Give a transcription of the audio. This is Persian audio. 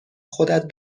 خودت